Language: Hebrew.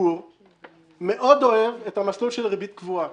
הציבור מאוד אוהב את המסלול של ריבית קבועה.